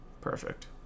Perfect